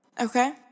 okay